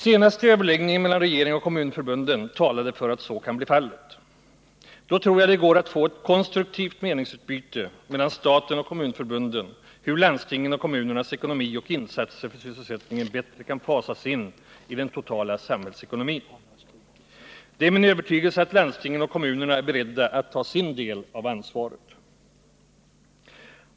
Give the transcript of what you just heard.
Senaste överläggningen mellan regeringen och kommunförbunden talade för att så kan bli fallet. Då tror jag det går att få ett konstruktivt meningsutbyte mellan staten och kommunförbunden om hur landstingens och kommunernas ekonomi och insatser för sysselsättningen bättre kan fasas in i den totala samhällsekonomin. Det är min övertygelse att landstingen och kommunerna är beredda att ta sin del av det ansvaret.